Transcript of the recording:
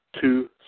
two